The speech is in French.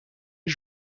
est